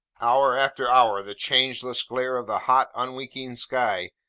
hour after hour, the changeless glare of the hot, unwinking sky,